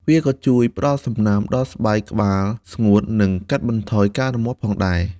វាក៏ជួយផ្ដល់សំណើមដល់ស្បែកក្បាលស្ងួត និងកាត់បន្ថយការរមាស់ផងដែរ។